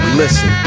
listen